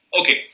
Okay